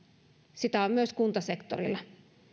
sitä on myös kuntasektorilla